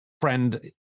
friend